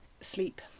sleep